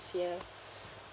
ya